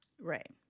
Right